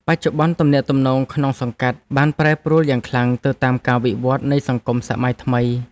បច្ចុប្បន្ន ទំនាក់ទំនងក្នុងសង្កាត់បានប្រែប្រួលយ៉ាងខ្លាំងទៅតាមការវិវត្តនៃសង្គមសម័យថ្មី។